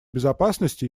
безопасности